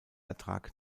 ertrag